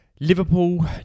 Liverpool